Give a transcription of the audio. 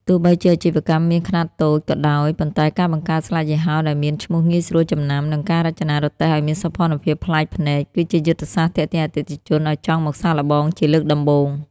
ទោះបីជាអាជីវកម្មមានខ្នាតតូចក៏ដោយ ប៉ុន្តែការបង្កើតស្លាកយីហោដែលមានឈ្មោះងាយស្រួលចំណាំ និងការរចនារទេះឱ្យមានសោភ័ណភាពប្លែកភ្នែក គឺជាយុទ្ធសាស្ត្រទាក់ទាញអតិថិជនឱ្យចង់មកសាកល្បងជាលើកដំបូង។